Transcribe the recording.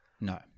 No